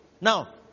Now